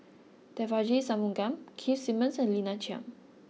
Devagi Sanmugam Keith Simmons and Lina Chiam